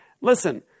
listen